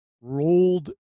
rolled